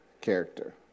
character